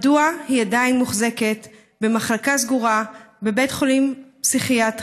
מדוע היא עדיין מוחזקת במחלקה סגורה בבית חולים פסיכיאטרי,